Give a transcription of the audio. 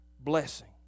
blessing